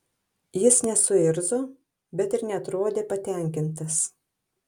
jis nesuirzo bet ir neatrodė patenkintas